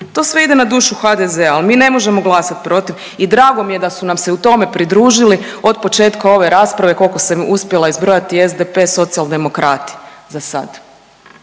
to sve ide na dušu HDZ-a, al mi ne možemo glasat protiv i drago mi je da su nam se u tome pridružili od početka ove rasprave koliko sam uspjela izbrojati SDP i Socijaldemokrati zasad,